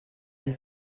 elle